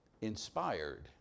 inspired